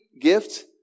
gift